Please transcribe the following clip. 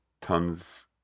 tons